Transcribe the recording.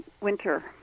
winter